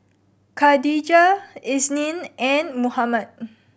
Khatijah Isnin and Muhammad